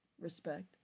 respect